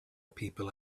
people